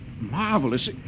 Marvelous